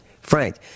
frank